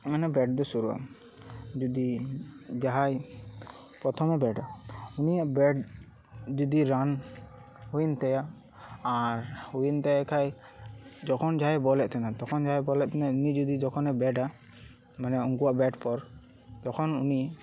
ᱢᱟᱱᱮ ᱵᱮᱴ ᱫᱚ ᱥᱩᱨᱩᱜᱼᱟ ᱡᱩᱫᱤ ᱡᱟᱦᱟᱸᱭ ᱯᱨᱚᱛᱷᱚᱢᱮ ᱵᱮᱴᱟ ᱩᱱᱤᱭᱟᱜ ᱵᱮᱴ ᱡᱩᱫᱤ ᱨᱟᱱ ᱦᱩᱭᱮᱱ ᱛᱟᱭᱟ ᱟᱨ ᱦᱩᱭᱮᱱ ᱛᱟᱭ ᱠᱷᱟᱡ ᱡᱚᱠᱷᱚᱱ ᱡᱟᱦᱟᱭᱮ ᱵᱚᱞᱮᱫ ᱛᱟᱦᱮᱱᱟ ᱛᱚᱠᱷᱚᱱ ᱡᱟᱦᱟᱭᱮ ᱵᱚᱞᱮᱫ ᱛᱟᱦᱮᱱᱟ ᱩᱱᱤ ᱡᱩᱫᱤ ᱛᱚᱠᱷᱚᱱᱮ ᱵᱮᱴᱟ ᱢᱟᱱᱮ ᱩᱱᱠᱩᱣᱟᱜ ᱵᱮᱴ ᱯᱚᱨ ᱛᱚᱠᱷᱚᱱ ᱩᱱᱤ